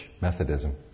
Methodism